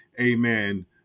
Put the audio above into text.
amen